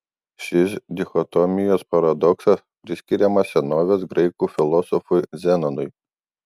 šis dichotomijos paradoksas priskiriamas senovės graikų filosofui zenonui